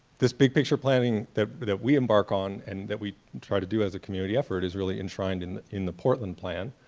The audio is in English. this big picture planning that that we embark on and that we try to do as a community effort is really enshrined in in the portland plan,